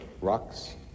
rocks